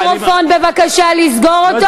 המיקרופון, בבקשה לסגור אותו.